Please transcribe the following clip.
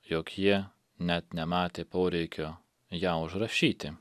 jog jie net nematė poreikio ją užrašyti